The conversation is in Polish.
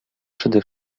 przede